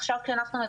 עכשיו כשאנחנו מדברים,